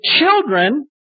children